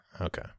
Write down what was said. Okay